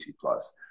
Plus